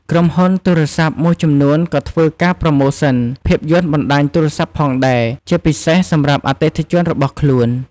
ក្រុមហ៊ុនទូរស័ព្ទមួយចំនួនក៏ធ្វើការប្រូម៉ូសិន ភាពយន្តបណ្តាញទូរស័ព្ទផងដែរ ជាពិសេសសម្រាប់អតិថិជនរបស់ខ្លួន។